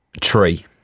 tree